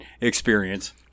experience